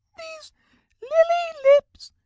these lily lips,